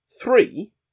three